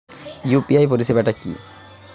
UPI পরিসেবাটা কি?